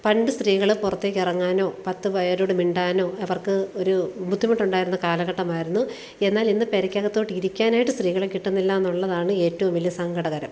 പണ്ട് സ്ത്രീകൾ പുറത്തേക്ക് ഇറങ്ങാനോ പത്തുപേരോട് മിണ്ടാനോ അവർക്ക് ഒരു ബുദ്ധിമുട്ടുണ്ടായിരുന്ന കാലഘട്ടമായിരുന്നു എന്നാൽ ഇന്ന് പുരയ്ക്കകത്തോട്ട് ഇരിക്കാനായിട്ട് സ്ത്രീകളെ കിട്ടുന്നില്ലയെന്നുള്ളതാണ് ഏറ്റവും വലിയ സങ്കടകരം